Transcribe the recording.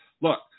look